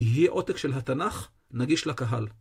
יהיה עותק של התנ״ך נגיש לקהל.